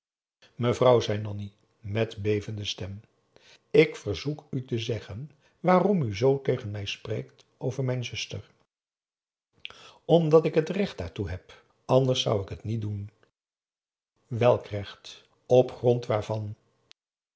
mevrouw zei nanni met bevende stem ik verzoek u te zeggen waarom u zoo tegen mij spreekt over mijn zuster omdat ik het recht daartoe heb anders zou ik het niet doen welk recht op grond waarvan